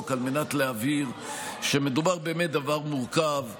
על מנת להבהיר שמדובר באמת בדבר מורכב,